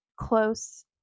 close